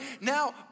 Now